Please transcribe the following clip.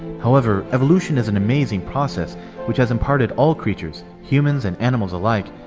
however, evolution is an amazing process which has imparted all creatures, humans and animals alike,